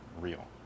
real